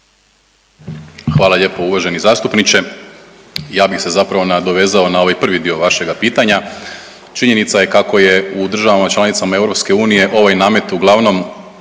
Hvala lijepo uvaženi zastupniče. Ja bih se zapravo nadovezao na ovaj prvi dio vašega pitanja. Činjenica je kako je u državama članicama EU ovaj namet uglavnom